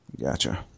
Gotcha